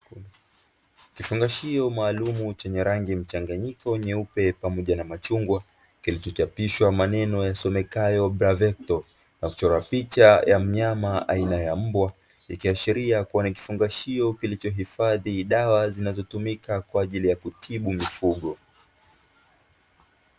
Kifungashio maalumu chenye rangi mchanganyiko nyeupe pamoja na machungwa, kilichochapishwa maneno yasomekayo "Bravectov" chenye picha ya mnyama aina ya mbwa, ikiashiria kuwa nikifungashio kilichohifadhi dawa zinazotumika kwa ajili ya kutibu mifugo.